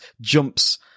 jumps